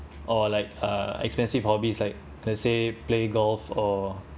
or like uh expensive hobbies like let's say play golf or